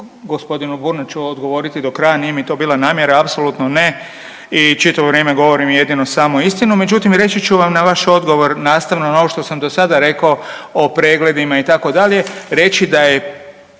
g. Brumniću odgovoriti do kraja, nije mi to bila namjera, apsolutno ne i čitavo vrijeme govorim jedino i samo istinu. Međutim, reći ću vam na vaš odgovor nastavno na ovo što sam dosada rekao o pregledima itd., reći da je